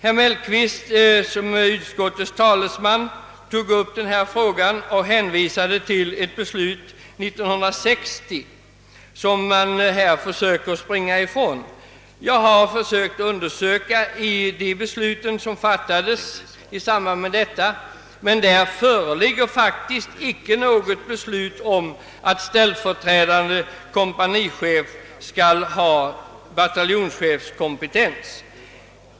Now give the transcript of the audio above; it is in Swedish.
Herr Mellqvist tog som utskottets talesman upp denna fråga och hänvisade till ett beslut 1960, som man nu försöker springa ifrån. Jag har försökt undersöka de beslut som fattades i samband därmed, men det föreligger faktiskt icke någon bestämmelse om att ställföreträdande kompanichef skall ha bataljonschefskompetens.